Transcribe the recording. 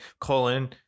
colon